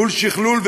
מול שכלול,